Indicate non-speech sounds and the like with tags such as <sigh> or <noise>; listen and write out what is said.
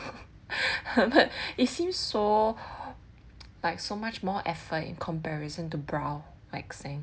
<laughs> but it seems so <noise> like so much more effort in comparison to brow waxing